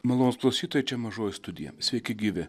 malonūs klausytojai čia mažoji studija sveiki gyvi